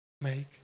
make